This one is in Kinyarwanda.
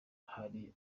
hari